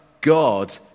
God